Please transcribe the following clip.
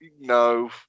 no